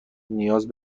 نیاز